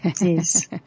Yes